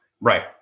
Right